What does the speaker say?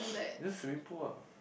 just swimming pool uh